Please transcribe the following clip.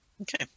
Okay